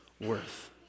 worth